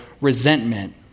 resentment